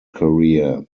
career